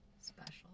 special